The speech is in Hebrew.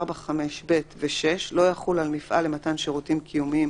4(5)(ב) ו-6 לא יחול על מפעל למתן שירותים קיומיים,